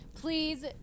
please